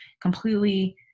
completely